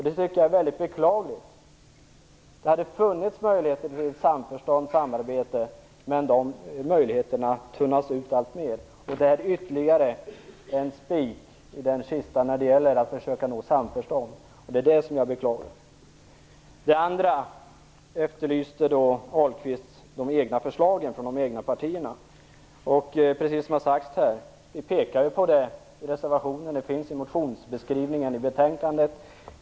Det tycker jag är väldigt beklagligt. Det har funnits möjligheter till samförstånd och samarbete, men de möjligheterna tunnas ut alltmer. Det är ytterligare en spik i kistan när det gäller att försöka nå samförstånd, och det beklagar jag. Det andra jag skall tala om är de egna förslagen från de andra partierna, som Johnny Ahlqvist efterlyste. Precis som här har sagts här pekade vi ut dem i reservationen. De finns i motionsbeskrivningen i betänkandet.